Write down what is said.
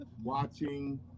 watching